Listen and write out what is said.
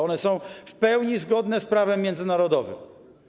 One są w pełni zgodne z prawem międzynarodowym.